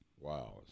Wow